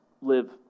live